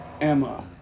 Emma